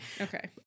okay